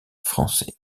français